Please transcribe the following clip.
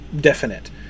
definite